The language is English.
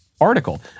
article